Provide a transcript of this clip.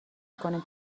کنیم